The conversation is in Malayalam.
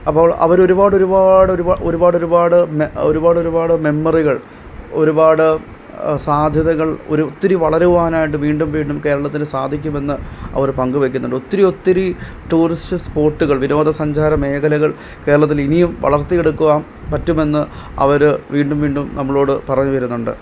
അപ്പോൾ അവർ ഒരുപാട് ഒരുപാട് ഒരുപാട് ഒരുപാട് മെ ഒരുപാട് ഒരുപാട് മെമ്മറികൾ ഒരുപാട് സാദ്ധ്യതകൾ ഒരു ഒത്തിരി വളരുവാനായിട്ട് വീണ്ടും വീണ്ടും കേരളത്തിന് സാധിക്കുമെന്ന് അവർ പങ്കുവെക്കുന്നുണ്ട് ഒത്തിരി ഒത്തിരി ടൂറിസ്റ്റ് സ്പോട്ടുകൾ വിനോദസഞ്ചാര മേഖലകൾ കേരളത്തിൽ ഇനിയും വളർത്തിയെടുക്കുവാൻ പറ്റുമെന്ന് അവര് വീണ്ടും വീണ്ടും നമ്മളോട് പറഞ്ഞുതരുന്നുണ്ട്